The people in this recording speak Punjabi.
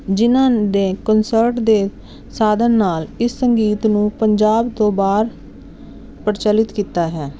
ਜਿਹਨਾਂ ਦੇ ਕੋਨਸਰਟ ਦੇ ਸਾਧਨ ਨਾਲ ਇਸ ਸੰਗੀਤ ਨੂੰ ਪੰਜਾਬ ਤੋਂ ਬਾਹਰ ਪ੍ਰਚਲਿਤ ਕੀਤਾ ਹੈ